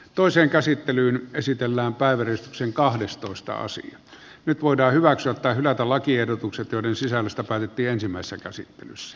toiseen käsittelyyn esitellään päivystyksen kahdestoista asia nyt voidaan hyväksyä tai hylätä lakiehdotukset joiden sisällöstä päätettiin ensimmäisessä käsittelyssä